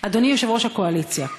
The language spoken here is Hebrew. אדוני יושב-ראש הקואליציה,